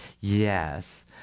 Yes